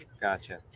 Gotcha